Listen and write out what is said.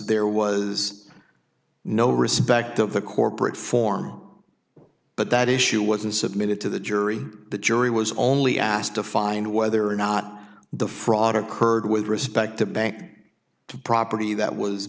there was no respect to the corporate form but that issue wasn't submitted to the jury the jury was only asked to find whether or not the fraud occurred with respect to bank to property that was